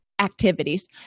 activities